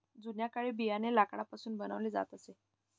जुन्या काळी बियाणे लाकडापासून बनवले जात असे